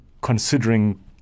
considering